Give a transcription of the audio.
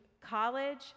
college